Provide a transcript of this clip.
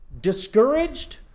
discouraged